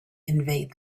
invade